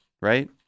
Right